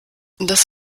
das